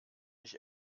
nicht